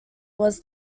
was